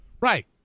Right